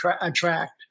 attract